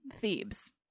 Thebes